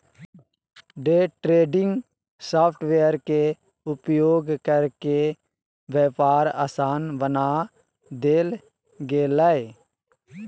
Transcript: day trading software के उपयोग करके व्यापार आसान बना देल गेलय